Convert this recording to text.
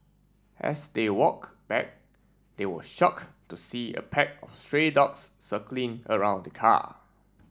as they walk back they were shocked to see a pack of stray dogs circling around the car